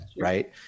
right